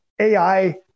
AI